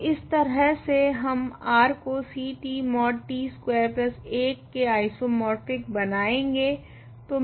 तो इस तरह से हम R को Ct mod t स्कवेर 1 के आइसोमोर्फिक बनाएगे